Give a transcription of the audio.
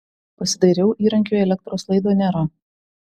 pasidairiau įrankiui elektros laido nėra